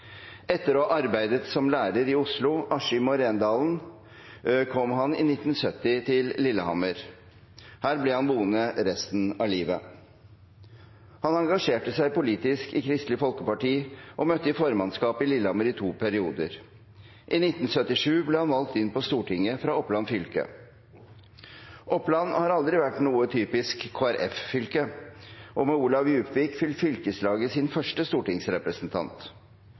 Etter å ha arbeidet som lærer i Oslo, Askim og Rendalen kom han i 1970 til Lillehammer. Her ble han boende resten av livet. Han engasjerte seg politisk i Kristelig Folkeparti og møtte i formannskapet i Lillehammer i to perioder. I 1977 ble han valgt inn på Stortinget fra Oppland fylke. Oppland har aldri vært noe typisk Kristelig Folkeparti-fylke, og med Olav Djupvik fikk fylkeslaget sin første stortingsrepresentant.